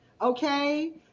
Okay